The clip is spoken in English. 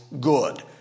good